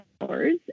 hours